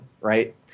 right